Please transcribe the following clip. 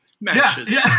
matches